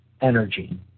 energy